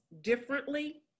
differently